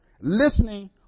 listening